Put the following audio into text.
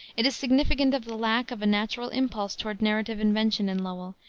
it is significant of the lack of a natural impulse toward narrative invention in lowell,